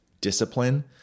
discipline